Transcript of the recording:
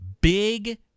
big